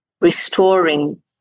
restoring